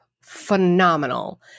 phenomenal